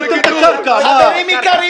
לא יהיו אזורי גידול.